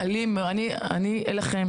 אני אלחם